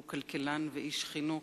שהוא כלכלן ואיש חינוך,